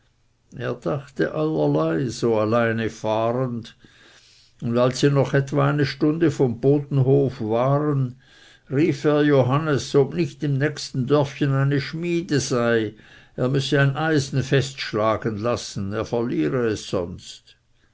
er dachte allerlei so allein fahrend und als sie noch etwa eine stunde vom bodenhof waren rief er johannes ob nicht im nächsten dörfchen eine schmiede sei er müsse ein eisen festschlagen lassen er verliere es sonst